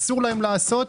אסור להם לעשות כך,